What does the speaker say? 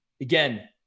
Again